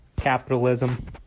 capitalism